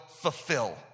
fulfill